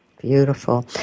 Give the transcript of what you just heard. Beautiful